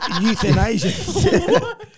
Euthanasia